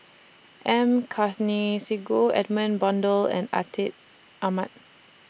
M Karthigesu Edmund Blundell and Atin Amat